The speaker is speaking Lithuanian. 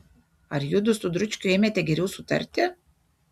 ar judu su dručkiu ėmėte geriau sutarti